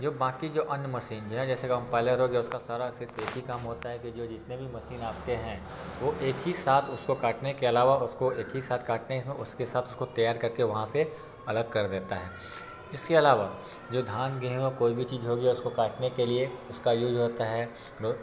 जो बाक़ी जो अन्य मसीन जो है जैसे कम्पायलर हो गया उसका सारा सिर्फ़ एक ही काम होता है कि जो जितने भी मसीन आते हैं वो एक ही साथ उसको काटने के अलावा उसको एक ही साथ काटने हैं उसके साथ उसको तैयार कर के वहाँ से अलग कर देता है इसके अलावा जो धान गेंहूं वो कोई भी चीज़ हो गया उसको काटने के लिए उसका यूज होता है लो